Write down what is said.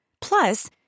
Plus